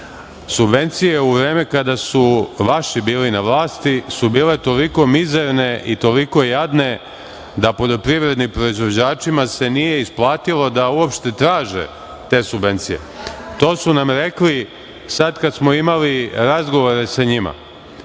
Subvencije u vreme kada su vaši bili na vlasti su bile toliko mizerne i toliko jadne da poljoprivredni proizvođačima se nije isplatilo da uopšte traže te subvencije. To su nam rekli sada kada smo imali razgovore sa njima.